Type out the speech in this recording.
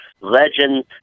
legend